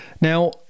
Now